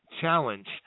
challenge